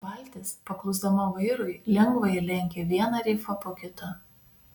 valtis paklusdama vairui lengvai lenkė vieną rifą po kito